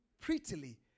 prettily